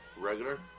Regular